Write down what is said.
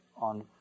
on